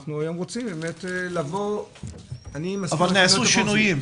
אנחנו רוצים באמת לבוא --- אבל נעשו שינויים?